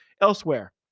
Elsewhere